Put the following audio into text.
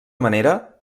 manera